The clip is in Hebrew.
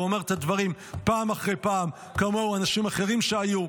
הוא אומר את הדברים פעם אחר פעם וכמוהו גם אנשים אחרים שהיו.